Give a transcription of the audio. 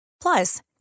Plus